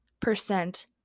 percent